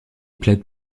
plaide